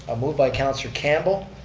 a move by councilor campbell,